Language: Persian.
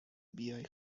بیای